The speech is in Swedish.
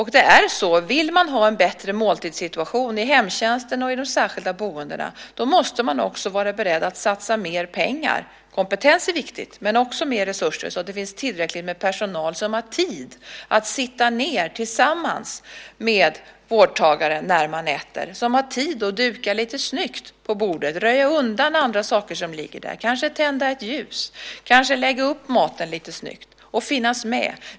Vill man ha en bättre måltidssituation i hemtjänsten och i de särskilda boendena måste man också vara beredd att satsa mer pengar. Kompetens är viktigt, men det behövs också mer resurser så att det finns tillräckligt med personal som har tid att sitta ned tillsammans med vårdtagaren när man äter, som har tid att duka lite snyggt på bordet, röja undan andra saker som ligger där, kanske tända ett ljus, kanske lägga upp maten lite snyggt och finnas med.